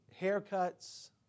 haircuts